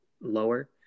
lower